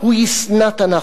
הוא ישנא תנ"ך,